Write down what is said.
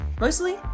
mostly